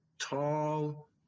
Tall